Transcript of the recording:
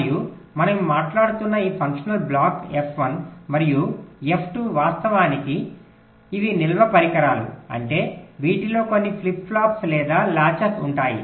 మరియు మనం మాట్లాడుతున్న ఈ ఫంక్షనల్ బ్లాక్ ఎఫ్ 1 మరియు ఎఫ్ 2 వాస్తవానికి ఇవి నిల్వ పరికరాలు అంటే వీటిలో కొన్ని ఫ్లిప్ ఫ్లాప్స్ లేదా లాచెస్ ఉంటాయి